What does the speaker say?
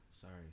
Sorry